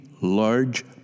large